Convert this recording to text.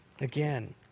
again